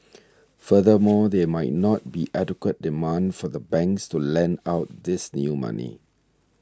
furthermore there might not be adequate demand for the banks to lend out this new money